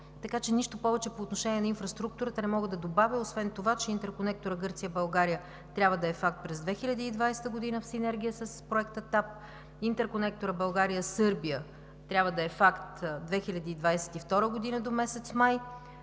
Така че нищо повече по отношение на инфраструктурата не мога да добавя освен това, че интерконекторът Гърция – България трябва да е факт през 2020 г. с енергия с проекта ТАР, интерконекторът България – Сърбия трябва да е факт – 2022 г. до месец май.